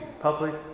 public